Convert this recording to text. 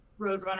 Roadrunner